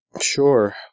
Sure